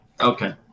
Okay